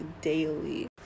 daily